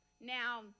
Now